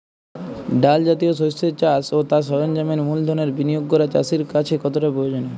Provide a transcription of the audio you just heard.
ডাল জাতীয় শস্যের চাষ ও তার সরঞ্জামের মূলধনের বিনিয়োগ করা চাষীর কাছে কতটা প্রয়োজনীয়?